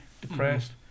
depressed